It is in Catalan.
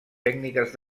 tècniques